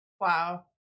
wow